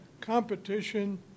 competition